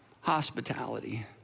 hospitality